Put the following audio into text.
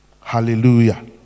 Hallelujah